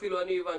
אפילו אני הבנתי.